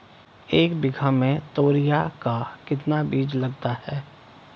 एक बीघा में तोरियां का कितना बीज लगता है?